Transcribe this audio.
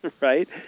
right